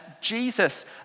Jesus